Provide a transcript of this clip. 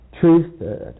truth